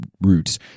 roots